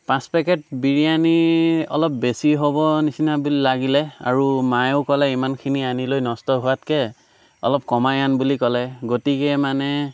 পাঁচ পেকেট বিৰিয়ানী অলপ বেছি হ'ব নিচিনা ব লাগিলে আৰু মায়েও ক'লে ইমানখিনি আনিলৈ নষ্ট হোৱাতকৈ অলপ কমাই আন বুলি ক'লে গতিকে মানে